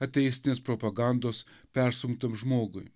ateistinės propagandos persunktam žmogui